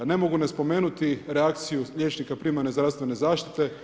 Ne mogu ne spomenuti reakciju liječnika primarne zdravstvene zaštite…